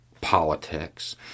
Politics